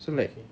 so like